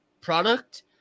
product